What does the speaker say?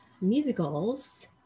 musicals